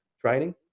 training